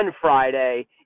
Friday